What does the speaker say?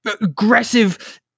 aggressive